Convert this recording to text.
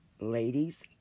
Ladies